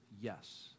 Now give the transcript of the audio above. yes